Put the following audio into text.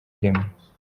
ireme